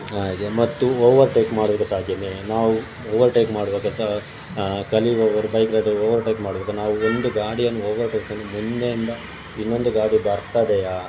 ಹಾಗೇ ಮತ್ತು ಓವರ್ಟೇಕ್ ಮಾಡುವಾಗ ಸಹ ಹಾಗೆಯೇ ನಾವು ಓವರ್ಟೇಕ್ ಮಾಡುವಾಗ ಸಹ ಕಲಿಯುವವರು ಬೈಕ್ ರೈಡರ್ ಓವರ್ಟೇಕ್ ಮಾಡುವಾಗ ನಾವು ಒಂದು ಗಾಡಿಯನ್ನು ಓವರ್ಟೇಕ್ ಮುಂದೆಯಿಂದ ಇನ್ನೊಂದು ಗಾಡಿ ಬರ್ತಿದೆಯಾ